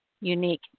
unique